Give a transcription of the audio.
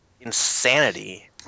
insanity